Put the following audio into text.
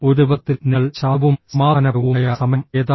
ഒരു ദിവസത്തിൽ നിങ്ങൾ ശാന്തവും സമാധാനപരവുമായ സമയം ഏതാണ്